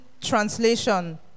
Translation